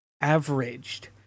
averaged